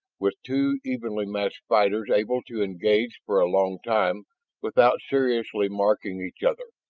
with two evenly matched fighters able to engage for a long time without seriously marking each other.